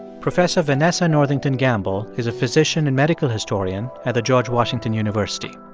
professor vanessa northington gamble is a physician and medical historian at the george washington university.